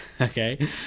okay